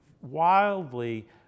wildly